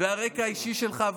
הרקע האישי שלך,